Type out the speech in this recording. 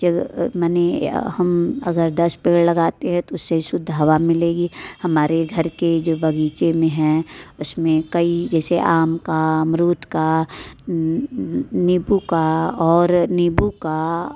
हम अगर दस पेड़ लगाते हैं तो उससे शुद्ध हवा मिलेगी हमारे घर के जो बगीचे में हैं उसमें कई जैसे आम का अमरुद का नींबू का और नींबू का